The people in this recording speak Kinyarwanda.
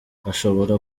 ashobora